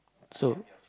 so